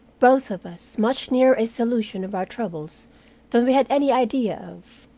both of us much nearer a solution of our troubles than we had any idea of.